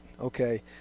Okay